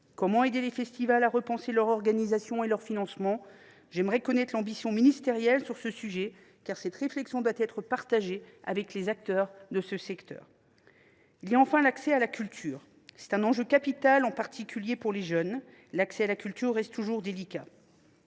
on aider les festivals à repenser leur organisation et leur financement ? J’aimerais connaître votre ambition sur ce sujet, car cette réflexion doit être partagée avec les acteurs de ce secteur. Il y a enfin l’accès à la culture, enjeu capital, en particulier pour les jeunes. L’accès à la culture reste toujours délicat.